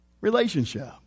Relationship